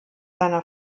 seiner